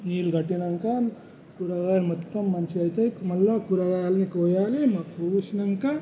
నీళ్లు కట్టినాక కూరగాయలు మొత్తం మంచిగా అయితాయి మళ్ళా కూరగాయలని కోయాలి మా కోసినాక